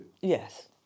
Yes